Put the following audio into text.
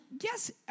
yes